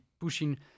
pushing